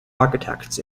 architects